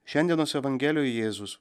šiandienos evangelijoje jėzus